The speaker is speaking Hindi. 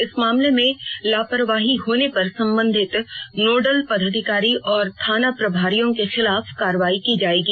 इस मामले में लापरवाही होने पर संबंधित नोडल पदाधिकारी और थाना प्रभारियों के खिलाफ कार्रवाई की जाएगी